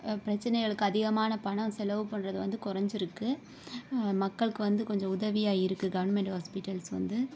பிரச்சனைகளுக்கு அதிகமான பணம் செலவு பண்ணுறது வந்து குறஞ்சிருக்கு மக்களுக்கு வந்து கொஞ்சம் உதவியாக இருக்குது கவர்மெண்ட் ஹாஸ்பிட்டல்ஸ் வந்து